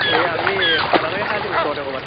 সেই আমি খানা এটাকে খাই দিওঁ ওচৰতে ক'ৰবাত